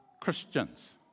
Christians